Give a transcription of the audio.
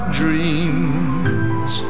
dreams